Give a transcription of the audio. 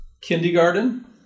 Kindergarten